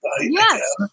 Yes